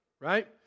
right